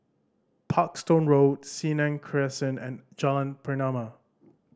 Parkstone Road Senang Crescent and Jalan Pernama